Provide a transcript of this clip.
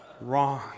Wrong